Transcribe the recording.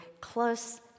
close